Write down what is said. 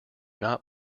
not